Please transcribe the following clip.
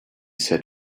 said